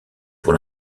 pour